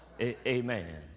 Amen